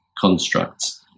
constructs